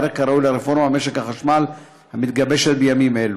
להיערך כראוי לרפורמה במשק החשמל המתגבשת בימים אלו.